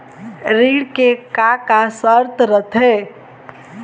ऋण के का का शर्त रथे?